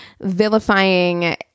vilifying